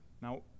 Now